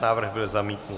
Návrh byl zamítnut.